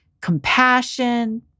compassion